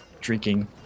drinking